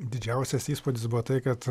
didžiausias įspūdis buvo tai kad